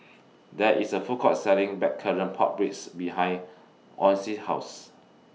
There IS A Food Court Selling Blackcurrant Pork Ribs behind Ocie House